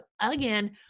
again